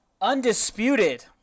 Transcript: undisputed